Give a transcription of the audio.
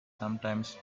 sometimes